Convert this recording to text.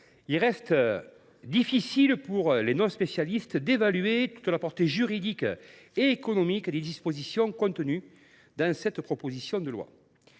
il reste difficile, pour les non spécialistes, de mesurer pleinement la portée juridique et économique des dispositions contenues dans cette proposition de loi.